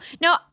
no